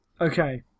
Okay